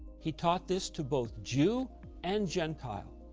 he taught this to both jew and gentile.